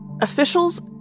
Officials